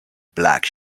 black